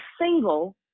single